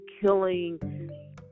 killing